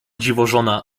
dziwożona